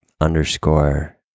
underscore